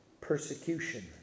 persecution